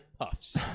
puffs